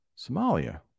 Somalia